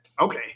okay